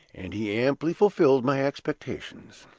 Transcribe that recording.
and he amply fulfilled my expectations.